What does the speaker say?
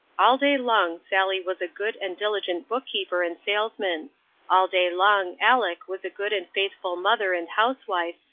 all day long sally was a good and diligent book-keeper and salesman all day long aleck was a good and faithful mother and housewife,